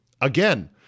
again